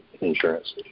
insurance